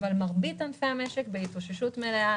אבל מרבית ענפי המשק בהתאוששות מלאה,